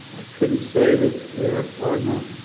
i couldn't say that there are none.